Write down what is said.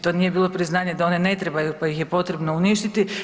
To nije bilo priznanje da one ne trebaju, pa ih je potrebno uništiti.